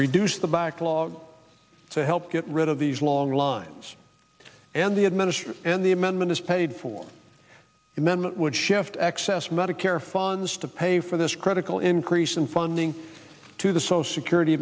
reduce the backlog to help get rid of these long lines and the administration and the amendment as paid for amendment would shift excess medicare funds to pay for this critical increase in funding to the social security